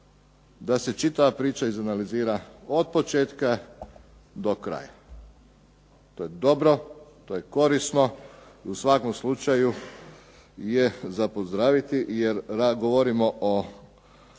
da se čitava priča izanalizira od početka do kraja. To je dobro, to je korisno, u svakom slučaju je za pozdraviti jer govorimo o